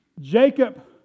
Jacob